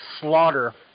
slaughter